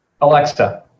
Alexa